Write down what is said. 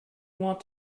want